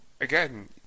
again